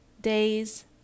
Days